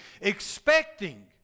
expecting